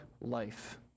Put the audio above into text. life